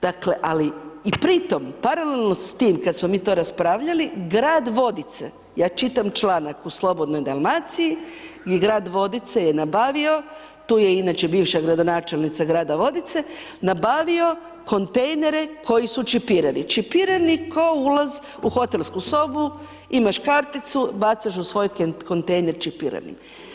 Dakle, ali, i pri tom, paralelno s tim, kad smo mi to raspravljali, grad Vodice, ja čitam članak u Slobodnoj Dalmaciji, gdje grad Vodice je nabavio, tu je inače bivša gradonačelnica grada Vodice, nabavio kontejnere koji su čipirani, čipirani k'o ulaz u hotelsku sobu, imaš karticu, bacaš u svoj kontejner čipirani.